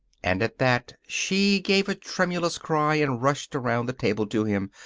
and at that she gave a tremulous cry, and rushed around the table to him.